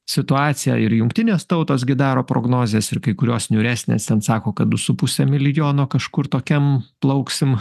situaciją ir jungtinės tautos gi daro prognozes ir kai kurios niūresnės ten sako kad du su puse milijono kažkur tokiam plauksim